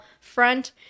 front